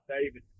David